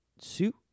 suit